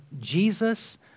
Jesus